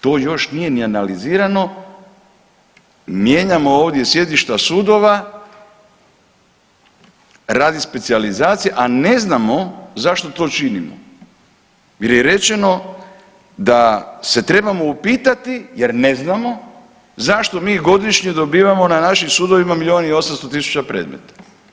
To još nije ni analizirano, mijenjamo ovdje sjedišta sudova radi specijalizacije, a ne znamo zašto to činimo jer je rečeno da se trebamo upitati jer ne znamo zašto mi godišnje dobivamo na našim sudovima milijun i 800 tisuća predmeta.